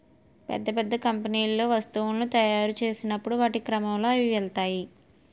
పెద్ద పెద్ద కంపెనీల్లో వస్తువులను తాయురు చేసినప్పుడు వాటి క్రమంలో అవి వెళ్తాయి